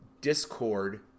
discord